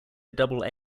double